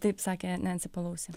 taip sakė nenci palousi